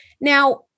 Now